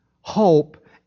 hope